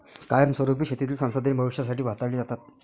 कायमस्वरुपी शेतीतील संसाधने भविष्यासाठी हाताळली जातात